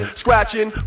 scratching